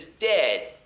dead